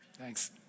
Thanks